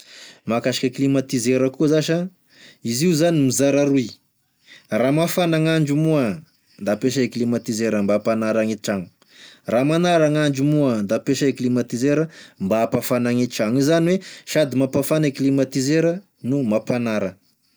Mahakasike climatiseur koa zà sa, izy io zany mizara roy, raha mafana gn'andro moa da ampiasay e climatiseur mba hampanara gne tragno, raha manara gn'andro moa da ampiasay e climatiseur mba hampafana gne tragno, izany oe sady mampafana e climatiseur no mampanara